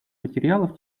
материалов